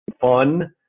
fun